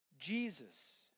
Jesus